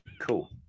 Cool